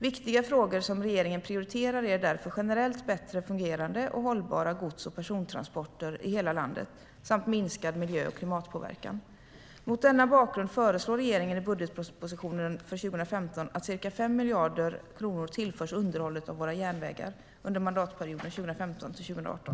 Viktiga frågor som regeringen prioriterar är därför generellt bättre fungerande och hållbara gods och persontransporter i hela landet samt minskad miljö och klimatpåverkan. Mot denna bakgrund föreslår regeringen i budgetpropositionen för 2015 att ca 5 miljarder kronor tillförs underhållet av våra järnvägar under mandatperioden 2015-2018.